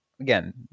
again